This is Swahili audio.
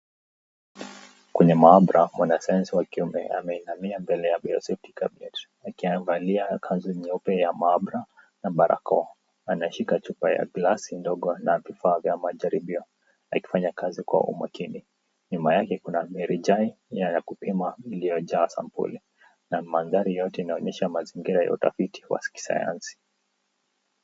Kwenye maabara mwanasayansi wa kiume ameinamia mbele ya biosafety cabinet akivalia kanzu nyeupe ya maabara na barakoa. Anashika chupa ya glasi ndogo na vifaa vya majaribio akifanya kazi kwa umakini. Nyuma yake kuna mirija ya kupima iliyojaa sampuli na mandhari yote inaonyesha mazingira ya utafiti wa kisayansi.